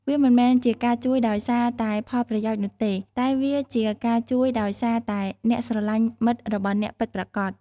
វាមិនមែនជាការជួយដោយសារតែផលប្រយោជន៍នោះទេ តែវាជាការជួយដោយសារតែអ្នកស្រលាញ់មិត្តរបស់អ្នកពិតប្រាកដ។